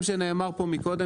שנאמר עליו קודם,